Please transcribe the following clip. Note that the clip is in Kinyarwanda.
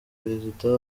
perezida